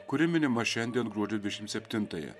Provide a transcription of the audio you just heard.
kuri minima šiandien gruodžio dvidešim septintąją